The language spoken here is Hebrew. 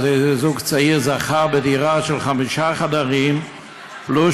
איזה זוג צעיר זכה בדירה של חמישה חדרים פלוס